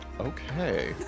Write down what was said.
Okay